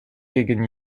gegen